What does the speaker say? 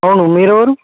అవును మీరు ఎవ్వరు